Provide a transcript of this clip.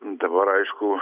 dabar aišku